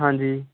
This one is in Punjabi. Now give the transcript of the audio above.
ਹਾਂਜੀ